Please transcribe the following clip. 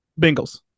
Bengals